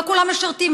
לא כולם משרתים,